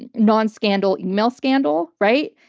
and non-scandal email scandal, right?